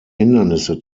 hindernisse